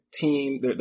Team